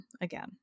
again